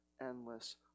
endless